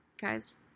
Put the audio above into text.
guys